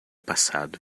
passado